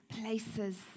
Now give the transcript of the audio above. places